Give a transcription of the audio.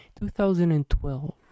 2012